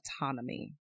autonomy